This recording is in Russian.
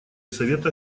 совета